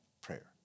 prayer